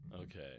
Okay